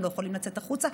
הם לא יכולים לצאת החוצה.